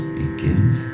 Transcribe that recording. begins